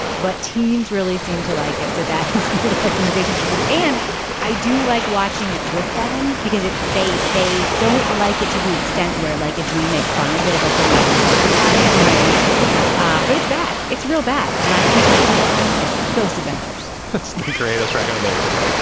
but teens really seem to like it. so that is my recommendation of this week and i do like watching it with them because they they don't like it to the extent where like if we make fun of it like they're not insulted by it i mean ah but it's bad it's real bad. and i can't recommend it highly enough ghost adventures that's the greatest recommendation